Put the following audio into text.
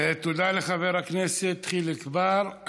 תודה לחבר הכנסת חיליק בר.